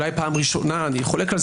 אולי יש פה פעם ראשונה אני חולק על כך